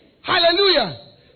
Hallelujah